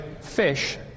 fish